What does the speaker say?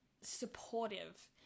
supportive